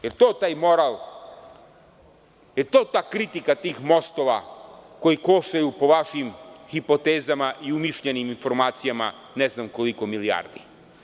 Da li jeto taj moral, da li je to ta kritika tih mostova koji koštaju po vašim hipotezama i umišljenim informacijama, ne znam koliko milijardi?